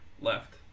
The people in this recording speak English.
left